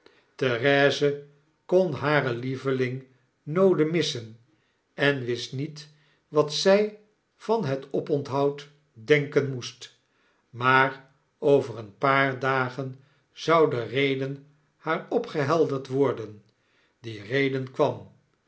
therese kon hare lieveling noode missen en wist niet wat zij van het opontbod denken moest maar over een paar dagen zou de reden haar opgehelderd worden die reden kwam